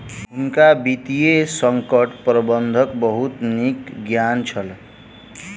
हुनका वित्तीय संकट प्रबंधनक बहुत नीक ज्ञान छल